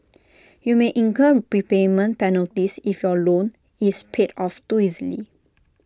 you may incur prepayment penalties if your loan is paid off too easily